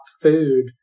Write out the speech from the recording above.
food